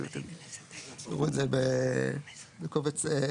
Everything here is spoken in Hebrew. אבל אתם תראו את זה בקובץ אלקטרוני.